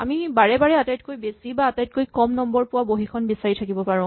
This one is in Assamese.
আমি বাৰে বাৰে আটাইতকৈ বেছি বা আটাইতকৈ কম নম্বৰ পোৱা বহীখন বিচাৰি থাকিব পাৰো